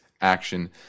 action